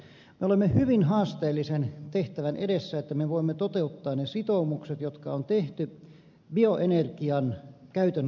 me olemme hyvin haasteellisen tehtävän edessä että me voimme toteuttaa ne sitoumukset jotka on tehty bioenergian käytön lisäämisestä